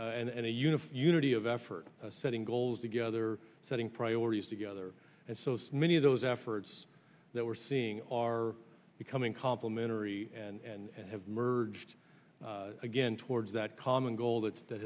unified unity of effort setting goals together setting priorities together and so many of those efforts that we're seeing are becoming complimentary and have emerged again towards that common goal that that